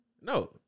No